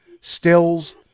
stills